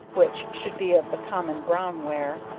which should be of the common brown ware,